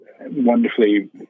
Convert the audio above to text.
wonderfully